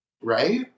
Right